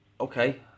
okay